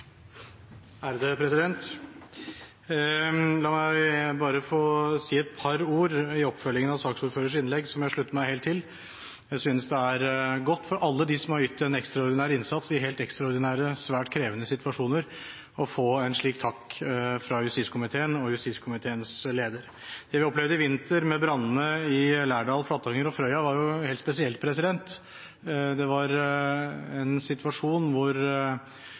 La meg bare få si et par ord i oppfølgingen av saksordførerens innlegg, som jeg slutter meg helt til. Jeg synes det er godt for alle dem som har ytt en ekstraordinær innsats i helt ekstraordinære, svært krevende situasjoner, å få en slik takk fra justiskomiteen og justiskomiteens leder. Det vi opplevde i vinter med brannene i Lærdal, i Flatanger og på Frøya, var helt spesielt. Det var en situasjon hvor